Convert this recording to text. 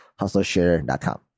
hustleshare.com